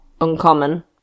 uncommon